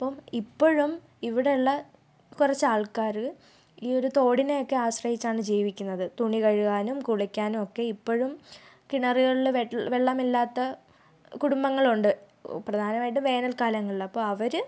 അപ്പോൾ ഇപ്പോഴും ഇവിടെയുള്ള കുറച്ച് ആൾക്കാർ ഈ ഒരു തോടിനെയൊക്കെ ആശ്രയിച്ചാണ് ജീവിക്കുന്നത് തുണി കഴുകാനും കുളിക്കാനും ഒക്കെ ഇപ്പോഴും കിണറുകളിൽ വെ വെള്ളം ഇല്ലാത്ത കുടുംബങ്ങളുണ്ട് പ്രധാനമായിട്ടും വേനൽ കാലങ്ങളിൽ അപ്പോൾ അവർ